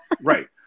Right